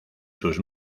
sus